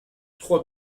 trois